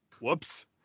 Whoops